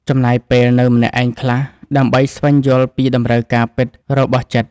ចំណាយពេលនៅម្នាក់ឯងខ្លះ ដើម្បីស្វែងយល់ពីតម្រូវការពិតរបស់ចិត្ត។